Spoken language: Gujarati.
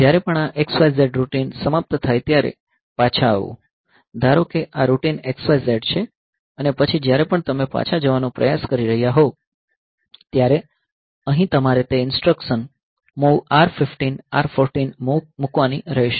જ્યારે પણ આ XYZ રૂટિન સમાપ્ત થાય ત્યારે પાછા આવવું ધારો કે આ રૂટિન XYZ છે અને પછી જ્યારે પણ તમે પાછા જવાનો પ્રયાસ કરી રહ્યાં હોવ ત્યારે અહીં તમારે તે ઇન્સટ્રકશન MOV R 15 R 14 મૂકવાની રહેશે